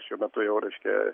šiuo metu jau reiškia